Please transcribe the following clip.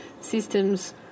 systems